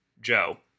Joe